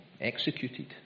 executed